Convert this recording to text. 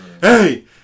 hey